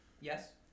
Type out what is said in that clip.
Yes